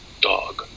dog